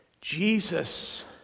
Jesus